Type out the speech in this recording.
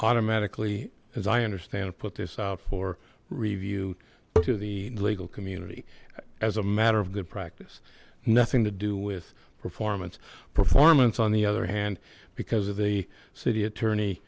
automatically as i understand put this out for review to the legal community as a matter of good practice nothing to do with performance performance on the other hand because of the city attorney